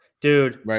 Dude